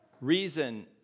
reason